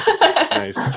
Nice